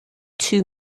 two